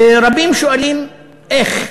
ורבים שואלים: איך,